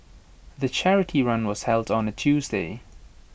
the charity run was held on A Tuesday